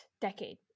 decade